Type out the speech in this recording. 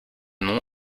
nom